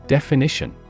Definition